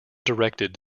directed